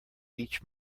each